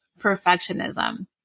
perfectionism